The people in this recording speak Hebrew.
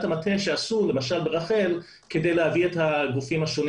המטה שעשו למשל ב"רחל" כדי להביא את הגופים השונים